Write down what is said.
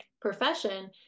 profession